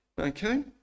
Okay